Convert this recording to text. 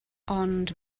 ond